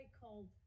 called